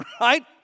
Right